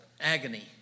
agony